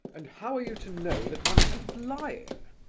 and how are you to know that one isn't lying?